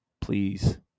please